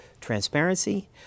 transparency